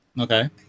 Okay